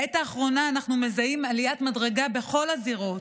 בעת האחרונה אנחנו מזהים עליית מדרגה בכל הזירות,